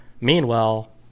Meanwhile